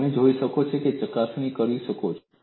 આ તમે જઈ શકો છો અને ચકાસી શકો છો